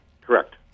Correct